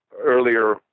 earlier